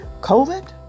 COVID